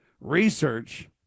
research